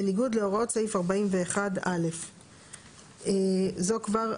בניגוד להוראות סעיף 41(א)""; זו כבר,